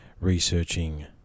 Researching